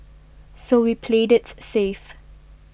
so we played it safe